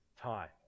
time